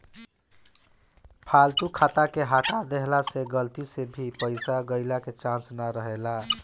फालतू खाता के हटा देहला से गलती से भी पईसा गईला के चांस ना रहेला